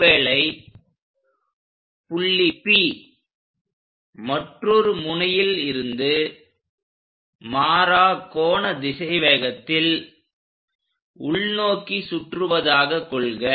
ஒருவேளை புள்ளி P மற்றொரு முனையில் இருந்து மாறா கோண திசைவேகத்தில் உள்நோக்கி சுற்றுவதாக கொள்க